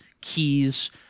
keys